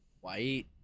White